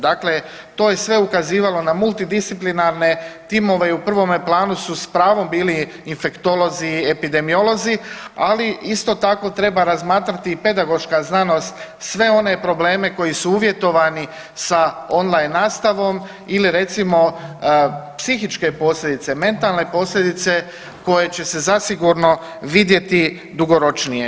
Dakle, to je sve ukazivalo na multidisciplinarne timove i u prvome planu s pravom bili infektolozi, epidemiolozi, ali isto tako, treba razmatrati i pedagoška znanost sve one probleme koji su uvjetovani sa online nastavom ili recimo, psihičke posljedice, mentalne posljedice, koje će se zasigurno vidjeti dugoročnije.